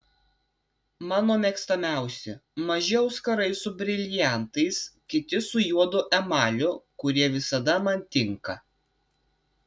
mano mėgstamiausi maži auskarai su briliantais kiti su juodu emaliu kurie visada man tinka